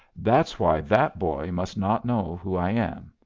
that's why that boy must not know who i am.